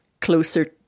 closer